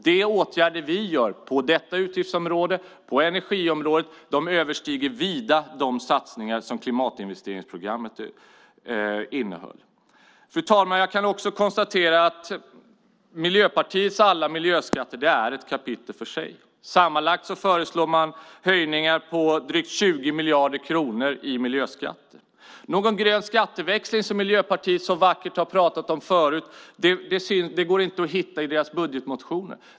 De åtgärder vi vidtar på detta utgiftsområde, på energiområdet, överstiger vida de satsningar som klimatinvesteringsprogrammet innehöll. Fru ålderspresident! Jag kan också konstatera att Miljöpartiets alla miljöskatter är ett kapitel för sig. Sammanlagt föreslår man höjningar på drygt 20 miljarder kronor i miljöskatter. Någon grön skatteväxling, som Miljöpartiet så vackert har pratat om förut, går det inte att hitta i deras budgetmotioner.